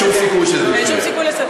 אין שום סיכוי לסדר.